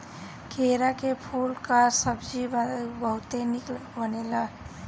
केरा के फूले कअ सब्जी बहुते निक बनेला